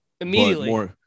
Immediately